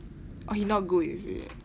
oh he not good is it